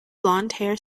blondhair